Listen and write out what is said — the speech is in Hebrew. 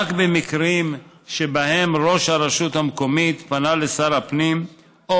רק במקרים שבהם ראש הרשות המקומית פנה אל שר הפנים או